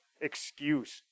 excuse